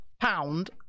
pound